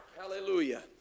Hallelujah